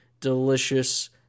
delicious